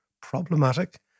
problematic